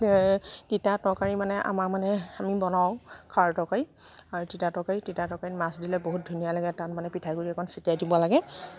তিতা তৰকাৰি মানে আমাৰ মানে আমি বনাওঁ খাৰ তৰকাৰি আৰু তিতা তৰকাৰি তিতা তৰকাৰিত মাছ দিলে বহুত ধুনীয়া লাগে তাত মানে পিঠা গুড়ি অকণ ছটিয়াই দিব লাগে